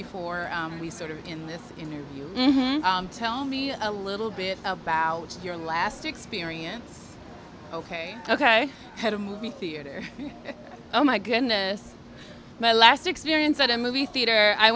before we sort of in this interview tell me a little bit about your last experience ok ok had a movie theater oh my goodness my last experience at a movie theater i